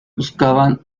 buscaban